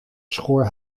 schoor